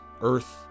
Earth